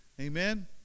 Amen